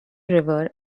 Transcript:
river